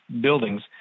buildings